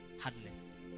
hardness